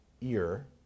ear